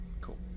Cool